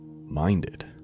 minded